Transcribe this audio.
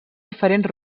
diferents